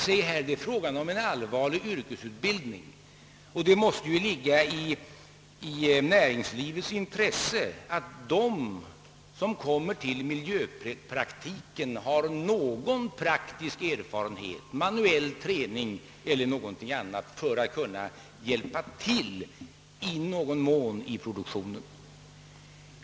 Här är det fråga om en allvarlig yrkesutbildning. Och det måste ju ligga i näringslivets intresse att de som kommer till miljöpraktiken har någon praktisk erfarenhet, manuell träning eller liknande, för att i någon mån kunna hjälpa till i produktionen.